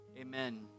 Amen